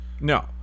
No